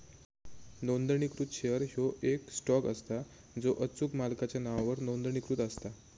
नोंदणीकृत शेअर ह्यो येक स्टॉक असता जो अचूक मालकाच्या नावावर नोंदणीकृत असता